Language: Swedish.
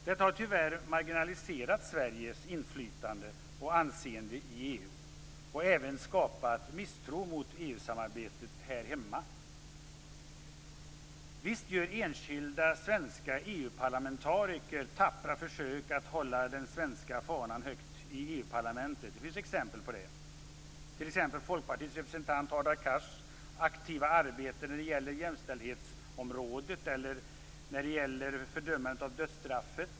Detta har tyvärr marginaliserat Sveriges inflytande och anseende i EU och även skapat misstro mot EU-samarbetet här hemma. Visst gör enskilda svenska EU-parlamentariker tappra försök att hålla den svenska fanan högt i EU parlamentet. Det finns exempel på det. Ett är Folkpartiets representant, Hadar Cars, och hans aktiva arbete när det gäller jämställdhetsområdet och fördömandet av dödsstraffet.